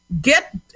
get